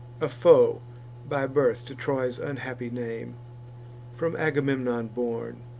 a foe by birth to troy's unhappy name from agamemnon born